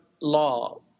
law